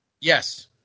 Yes